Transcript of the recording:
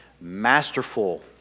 masterful